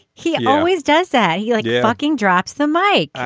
he always does say you like fucking drops the mike